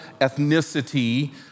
ethnicity